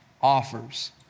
offers